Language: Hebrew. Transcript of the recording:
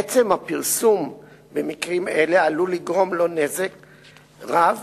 עצם הפרסום במקרים אלה עלול לגרום לו נזק רב,